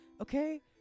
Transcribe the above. Okay